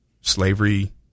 slavery